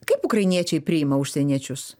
kaip ukrainiečiai priima užsieniečius